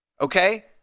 okay